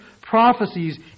prophecies